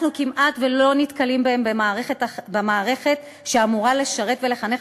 מטרת ציון היום היא העלאת המודעות הציבורית להשתקה ולהכחשה